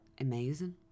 amazing